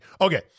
Okay